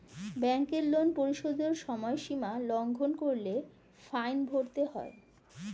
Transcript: ব্যাংকের লোন পরিশোধের সময়সীমা লঙ্ঘন করলে ফাইন ভরতে হয়